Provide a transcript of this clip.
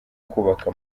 kwubaka